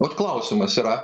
vat klausimas yra